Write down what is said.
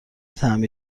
طعمی